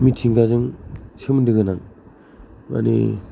मिथिंगाजों सोमोन्दो गोनां माने